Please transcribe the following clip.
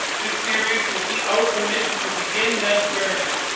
this series will be our commitment to begin that journey,